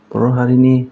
बर' हारिनि